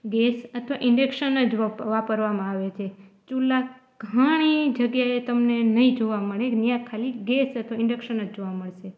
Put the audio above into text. gas અથવા induction જ વપરા વાપરવામાં આવે છે ચૂલા ઘણી જગ્યાએ તમને નહીં જોવા મળે ત્યાં ખાલી ગેસ અથવા ઇન્ડેક્શન જ જોવા મળશે